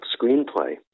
screenplay